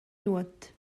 nuot